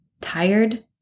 Tired